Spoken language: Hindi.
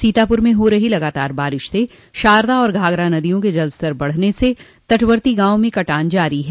सीतापर में हो रही लगातार बारिश से शारदा और घाघरा नदियों के जलस्तर बढ़ने से तटवती गांवों में कटान जारी है